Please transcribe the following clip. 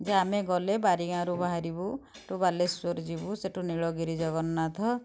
ଯେ ଆମେ ଗଲେ ବାରିଗାଁରୁ ବାହାରିବୁ ସେଠୁ ବାଲେଶ୍ୱର ଯିବୁ ସେଠୁ ନୀଳଗିର ଜଗନ୍ନାଥ